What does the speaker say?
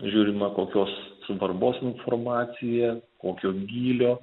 žiūrima kokios svarbos informacija kokio gylio